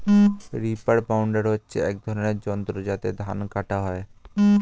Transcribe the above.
reaper binder হচ্ছে এক ধরনের যন্ত্র যাতে ধান কাটা হয়